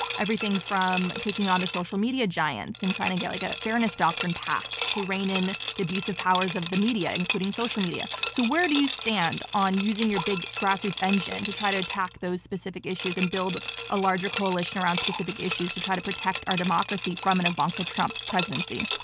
everything from taking on the social media giants and trying to get like a fairness doctrine passed to reign in the abusive powers of the media, including social media. so where do you stand on using your big grassroots engine to try to attack those specific issues and build a larger coalition around specific issues to try to protect our democracy from an ivanka trump presidency?